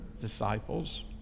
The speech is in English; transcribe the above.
disciples